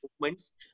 movements